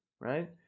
Right